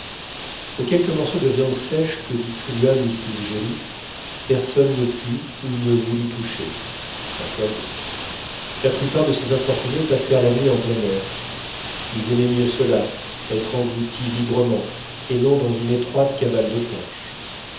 aux quelques morceaux de viande sèche que distribua mrs joliffe personne ne put ou ne voulut toucher à quoi bon la plupart de ces infortunés passèrent la nuit en plein air ils aimaient mieux cela être engloutis librement et non dans une étroite cabane de planches